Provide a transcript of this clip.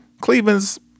Cleveland's